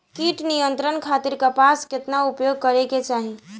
कीट नियंत्रण खातिर कपास केतना उपयोग करे के चाहीं?